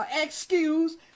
excuse